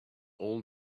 all